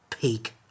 peak